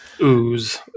ooze